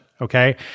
Okay